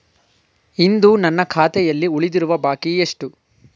ಇಂದು ನನ್ನ ಖಾತೆಯಲ್ಲಿ ಉಳಿದಿರುವ ಬಾಕಿ ಎಷ್ಟು?